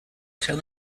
tell